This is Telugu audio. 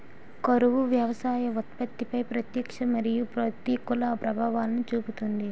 కరువు వ్యవసాయ ఉత్పత్తిపై ప్రత్యక్ష మరియు ప్రతికూల ప్రభావాలను చూపుతుంది